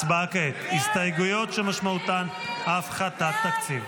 הצבעה כעת, הסתייגויות שמשמעותן הפחתת תקציב.